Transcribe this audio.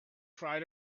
pride